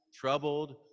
troubled